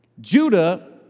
Judah